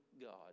God